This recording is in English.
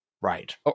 Right